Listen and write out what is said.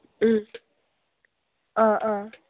ꯎꯝ ꯑꯥ ꯑꯥ